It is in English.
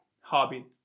hobby